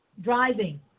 driving